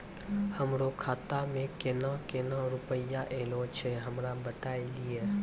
हमरो खाता मे केना केना रुपैया ऐलो छै? हमरा बताय लियै?